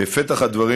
בפתח הדברים,